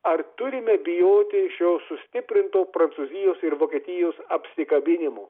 ar turime bijoti šio sustiprinto prancūzijos ir vokietijos apsikabinimo